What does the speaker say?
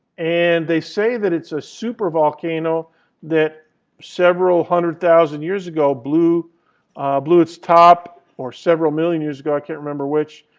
and they say that it's a super volcano that several hundred thousand years ago blew blew its top or several million years ago, i can't remember which,